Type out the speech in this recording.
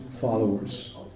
followers